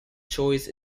choice